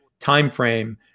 timeframe